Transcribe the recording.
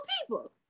people